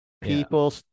People